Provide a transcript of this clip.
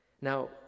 Now